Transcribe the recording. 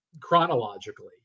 chronologically